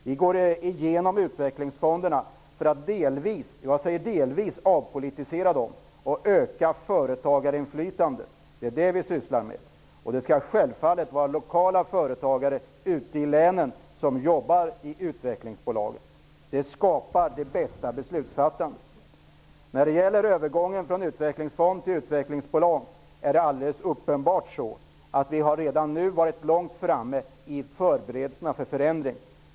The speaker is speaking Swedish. Vi går igenom utvecklingsfonderna för att delvis -- och jag menar delvis -- avpolitisera dem och öka företagarinflytandet. Det är vad vi sysslar med. Självfallet skall det vara lokala företagare ute i länen som jobbar i utvecklingsbolagen. Det skapar det bästa beslutsfattadet. När det gäller övergången från utvecklingsfond till utvecklingsbolag är det uppenbart så, att vi redan nu ligger långt framme i förberedelserna för en förändring.